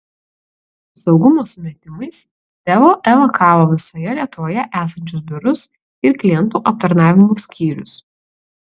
saugumo sumetimais teo evakavo visoje lietuvoje esančius biurus ir klientų aptarnavimo skyrius